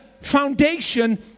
foundation